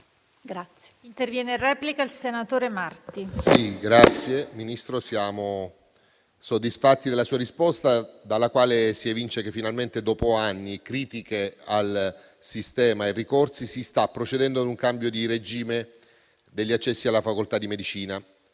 Signor Presidente, signor Ministro, siamo soddisfatti della sua risposta, dalla quale si evince che finalmente, dopo anni di critiche al sistema e ricorsi, si sta procedendo ad un cambio di regime degli accessi alla facoltà di medicina.